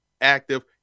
active